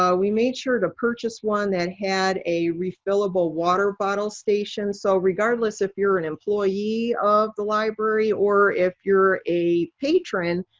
ah we made sure to purchase one that had a refillable water bottle station. so regardless if you're an employee of the library or if you're a patron,